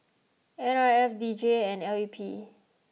N R F D J and L U P